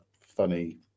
funny